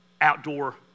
outdoor